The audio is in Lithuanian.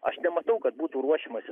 aš nematau kad būtų ruošiamasi